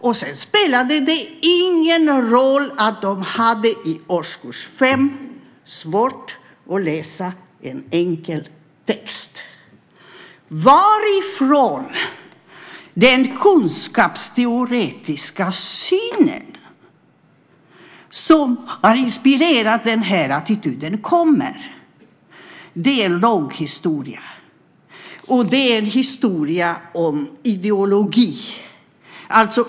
Men sedan spelade det ingen roll att dessa barn i årskurs 5 hade svårt att läsa en enkel text. Varifrån den kunskapsteoretiska syn som har inspirerat den attityden kommer är en lång historia och en historia om ideologi.